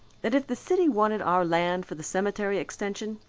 that if the city wanted our land for the cemetery extension,